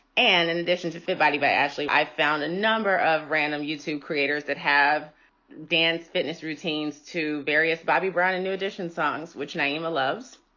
and in addition to the body by ashley, i've found a number of random youtube creators that have dance fitness routines to various bobby brown and new edition songs, which naima loves.